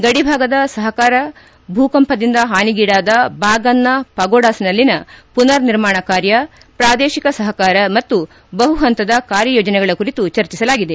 ಗಡಿಭಾಗದ ಸಪಕಾರ ಭೂಕಂಪದಿಂದ ಪಾನಿಗೀಡಾದ ಬಾಗನ್ನ ಪಗೋಡಾಸ್ನಲ್ಲಿನ ಮನರ್ ನಿರ್ಮಾಣ ಕಾರ್ಯ ಪ್ರಾದೇಶಿ ಸಹಕಾರ ಮತ್ತು ಬಹುಪಂತದ ಕಾರ್ಯಯೋಜನೆಗಳ ಕುರಿತು ಚರ್ಚಿಸಲಾಗಿದೆ